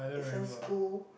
business school